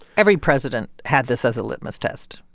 every president had this as a litmus test.